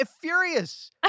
furious